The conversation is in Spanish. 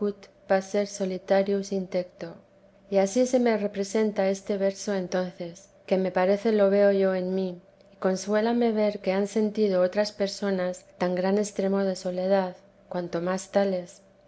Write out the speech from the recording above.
surtí sicut passer solitarias in tacto y ansí se me representa este verso entonces que me parece lo veo yo en mí y consuélame ver que han sentido otras personas tan gran extremo de soledad cuanto más tales